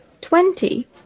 Twenty